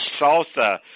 salsa